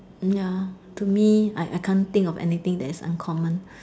ya to me I I can't think of anything that is uncommon